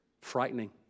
frightening